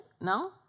No